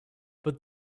but